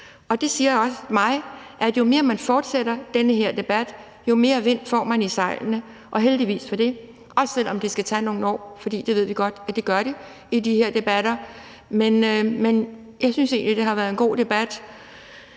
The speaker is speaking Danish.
Det siger mig også, at jo mere man fortsætter denne debat, jo mere vind får man i sejlene, og heldigvis for det, også selv om det skal tage nogle år, for det ved vi godt at det gør i de her debatter. Men jeg synes egentlig, det har været en god debat,